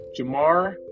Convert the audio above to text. Jamar